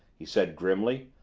he said grimly.